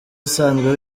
usanzwe